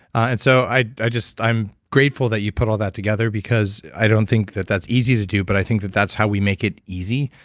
and so i i just. i'm grateful that you put all that together, because i don't think that that's easy to do, but i think that's how we make it easy,